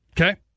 Okay